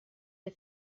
des